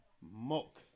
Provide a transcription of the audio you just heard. Muck